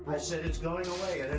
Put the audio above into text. i said it's going away,